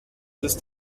ist